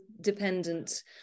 dependent